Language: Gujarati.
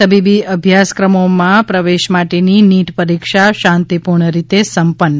તબીબી અભ્યાક્રમોમાં પ્રવેશ માટેની નીટ પરીક્ષા શાંતીપુર્ણ રીતે સંપન્ન